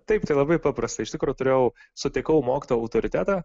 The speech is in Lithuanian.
taip tai labai paprasta iš tikro turėjau sutikau mokytoją autoritetą